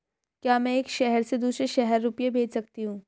क्या मैं एक शहर से दूसरे शहर रुपये भेज सकती हूँ?